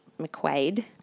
McQuaid